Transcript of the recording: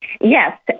Yes